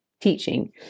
teaching